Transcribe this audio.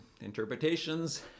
interpretations